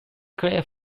clear